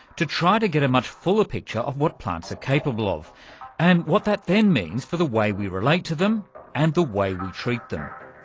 to try to get a much fuller picture of what plants are capable of and what that then means for the way we relate to them and the way we treat them.